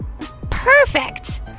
Perfect